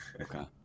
okay